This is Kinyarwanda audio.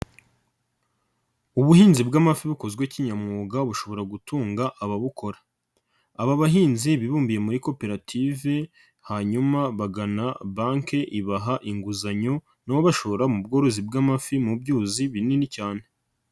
Ubuhinzi bw'amafi bukozwe kinyamwuga bushobora gutunga ababukora, aba bahinzi bibumbiye muri koperative hanyuma bagana banki ibaha inguzanyo na bo bashora mu bworozi bw'amafi mu byuzi binini cyane.